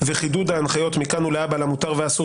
וחידוד ההנחיות מכאן ולהבא על המותר והאסור